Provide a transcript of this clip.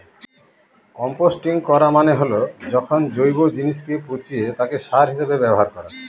composting করা মানে হল যখন জৈব জিনিসকে পচিয়ে তাকে সার হিসেবে ব্যবহার করা